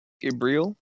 gabriel